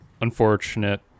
unfortunate